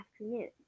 afternoon